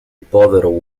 povero